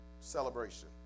celebration